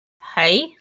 Hi